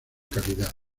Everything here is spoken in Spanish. calidad